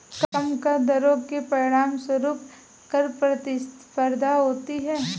कम कर दरों के परिणामस्वरूप कर प्रतिस्पर्धा होती है